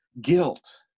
guilt